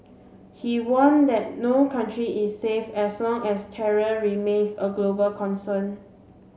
he warned that no country is safe as long as terror remains a global concern